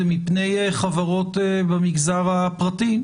זה מפני חברות במגזר הפרטי,